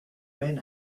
men